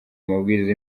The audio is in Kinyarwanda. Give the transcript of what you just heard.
amabwiriza